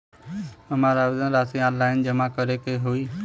हमार आवेदन राशि ऑनलाइन जमा करे के हौ?